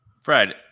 Fred